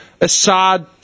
Assad